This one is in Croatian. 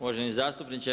Uvaženi zastupniče.